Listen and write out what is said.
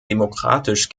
demokratisch